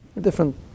Different